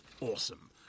Awesome